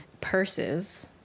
purses